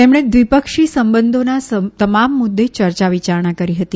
તેમણે દ્વિપક્ષી સંબંધોના તમામ મુદ્દે ચર્ચા વિયારણા કરી હતી